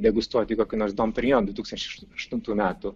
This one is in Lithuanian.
degustuoti kokį nors domperion du tūkstančiai aštuntų metų